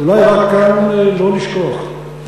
אולי רק כאן לא לשכוח,